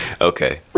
Okay